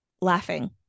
laughing